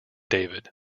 david